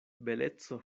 beleco